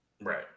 right